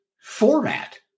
format